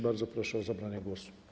Bardzo proszę o zabranie głosu.